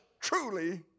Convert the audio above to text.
truly